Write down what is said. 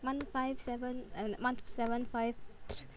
one five seven um one seven five